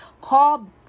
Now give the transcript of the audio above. call